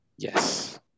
Yes